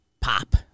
Pop